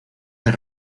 del